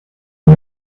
nur